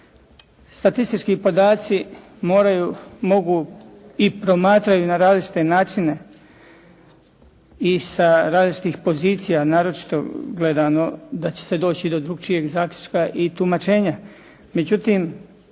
statistički podaci moraju, mogu i promatraju na različite načine i sa različitih pozicija naročito gledano da će se doći do drukčijeg zaključka i tumačenja.